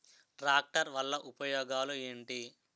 Tractor వల్ల ఉపయోగాలు ఏంటీ?